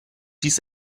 dies